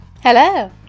Hello